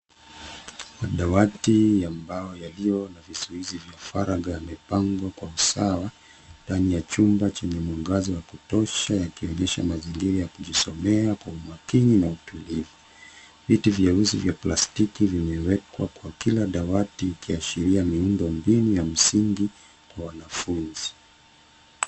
Madawati ya mbao yaliyo na vizuizi vya faraga yamepangwa kwa usawa, ndani ya chumba chenye mwangaza wa kutosha; yakionyesha mazingira ya kujisomea kwa umakini na utulivu. Viti vyeusi vya plastiki vimewekwa kwa kila dawati ikiashiria miundo mbinu ya msingi kwa wanafunzi.